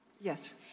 Yes